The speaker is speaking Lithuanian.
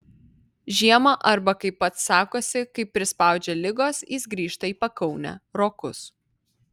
žiemą arba kaip pats sakosi kai prispaudžia ligos jis grįžta į pakaunę rokus